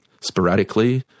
sporadically